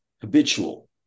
habitual